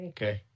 Okay